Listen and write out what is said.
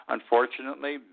Unfortunately